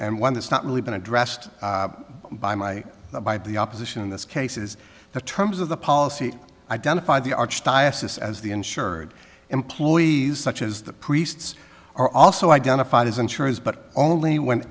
and one that's not really been addressed by my by the opposition in this case is the terms of the policy identify the archdiocese as the insured employees such as the priests are also identified as insurance but only when